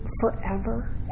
forever